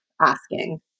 asking